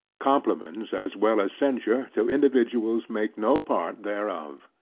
compliments as well as censure to individuals make no part thereof.